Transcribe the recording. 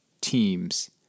teams